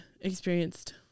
experienced